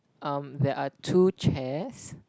um there are two chairs